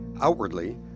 Outwardly